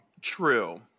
true